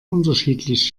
unterschiedlich